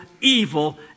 evil